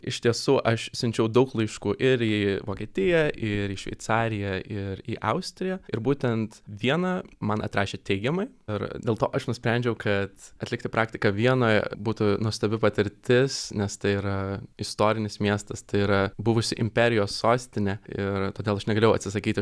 iš tiesų aš siunčiau daug laiškų ir į vokietiją ir į šveicariją ir į austriją ir būtent viena man atrašė teigiamai ir dėl to aš nusprendžiau kad atlikti praktiką vienoje būtų nuostabi patirtis nes tai yra istorinis miestas tai yra buvusi imperijos sostinė ir todėl aš negalėjau atsisakyti